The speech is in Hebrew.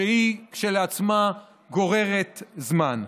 שהיא כשלעצמה גוררת זמן.